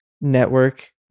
network